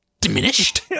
diminished